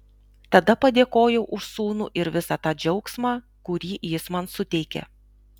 tada padėkojau už sūnų ir visą tą džiaugsmą kurį jis man suteikia